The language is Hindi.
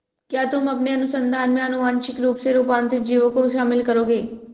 क्या तुम अपने अनुसंधान में आनुवांशिक रूप से रूपांतरित जीवों को शामिल करोगे?